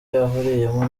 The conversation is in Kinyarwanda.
yahuriyemo